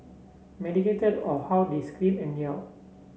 medicated or how they scream and yell